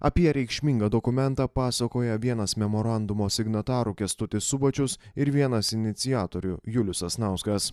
apie reikšmingą dokumentą pasakoja vienas memorandumo signatarų kęstutis subačius ir vienas iniciatorių julius sasnauskas